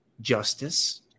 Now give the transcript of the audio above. justice